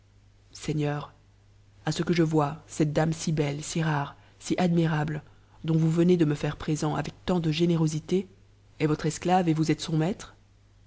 seigneur à ce que je vois cette dame si belle si rare si admirable dont vous venez e me faire présent avec tant de générosité est votre esclave et vous tes sou maître